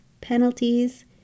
penalties